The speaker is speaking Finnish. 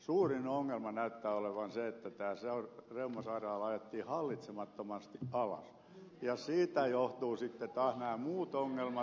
suurin ongelma näyttää olevan se että tämä reumasairaala ajettiin hallitsemattomasti alas ja siitä johtuvat sitten taas nämä muut ongelmat